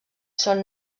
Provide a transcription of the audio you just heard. són